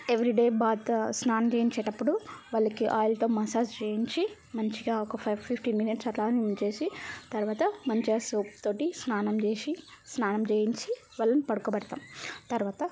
every day bath స్నానం చేయించేటప్పుడు వాళ్ళకి ఆయిల్తో మసాజ్ చేయించి మంచిగా ఒక ఫైవ్ ఫిఫ్టీన్ మినిట్స్ అట్లానే ఉంచేసి తర్వాత మంచిగా సోప్ తోటి స్నానం చేసి స్నానం చేయించి వాళ్ళని పడుకోబెడతాం తర్వాత